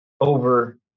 over